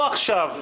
לא עכשיו.